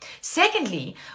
Secondly